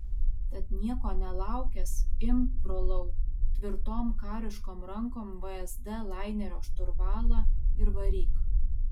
tad nieko nelaukęs imk brolau tvirtom kariškom rankom vsd lainerio šturvalą ir varyk